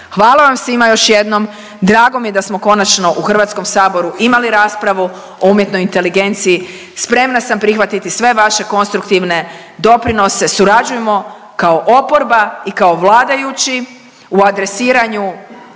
Hvala vam svima još jednom, drago mi je da smo konačno u HS-u imali raspravu o umjetnoj inteligenciji. Spremna sam prihvatiti sve vaše konstruktivne doprinose, surađujmo kao oporba i kao vladajući u adresiranju